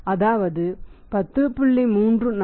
அதாவது 10